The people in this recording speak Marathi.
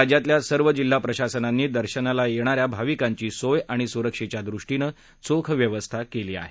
राज्यातल्या सर्व जिल्हाप्रशासनांनी दर्शनाला येणाऱ्या भाविकांची सोय आणि सुरक्षेच्यादृष्टीनं चोख व्यवस्था केली आहे